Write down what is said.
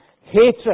hatred